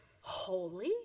holy